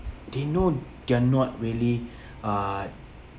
they know they're not really uh